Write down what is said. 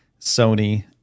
Sony